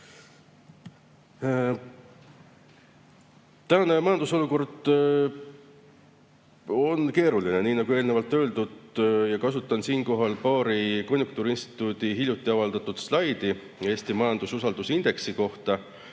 Meie majandusolukord on keeruline. Nii nagu öeldud, kasutan siinkohal paari konjunktuuriinstituudi hiljuti avaldatud slaidi Eesti majandususaldusindeksi kohta,